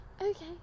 okay